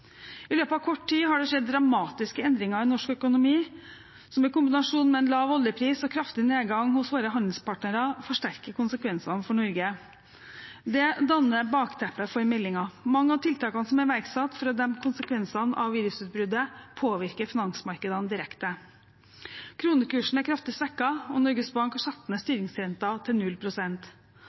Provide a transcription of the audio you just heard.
I løpet av kort tid har det skjedd dramatiske endringer i norsk økonomi, som i kombinasjon med en lav oljepris og en kraftig nedgang hos våre handelspartnere forsterker konsekvensene for Norge. Det danner bakteppet for meldingen. Mange av tiltakene som er iverksatt for å dempe konsekvensene av virusutbruddet, påvirker finansmarkedene direkte. Kronekursen er kraftig svekket, og Norges Bank har satt ned styringsrenten til